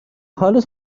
حالت